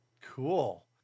Cool